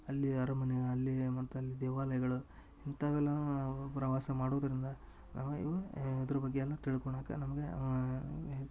ಅಲ್ಲಿಯ ಅರಮನೆ ಅಲ್ಲಿ ಮತ್ತೆ ಅಲ್ಲಿ ದೇವಾಲಯಗಳು ಇಂಥವೆಲ್ಲನು ನಾವು ಪ್ರವಾಸ ಮಾಡೂದರಿಂದ ಇದ್ರ್ ಬಗ್ಗೆ ಎಲ್ಲ ತಿಳ್ಕೋಳಕ ನಮಗೆ ಎ